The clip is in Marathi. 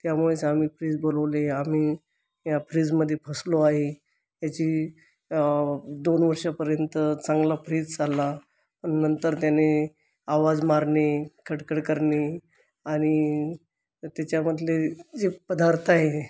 त्यामुळेच आम्ही फ्रीज बोलवले आम्ही ह्या फ्रीजमध्ये फसलो आहे ह्याची दोन वर्षांपर्यंत चांगला फ्रीज चालला पण नंतर त्याने आवाज मारणे खडखड करणे आणि त्याच्यामधले जे पदार्थ आहे